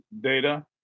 data